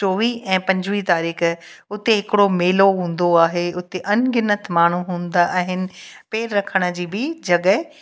चौवीह ऐं पंजवीह तारीख़ उते हिकिड़ो मेलो हूंदो आहे उते अनगिनत माण्हू हूंदा आहिनि पेर रखण जी बि जॻहि